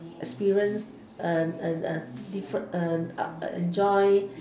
experience uh uh different uh joy